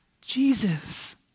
Jesus